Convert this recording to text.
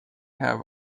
have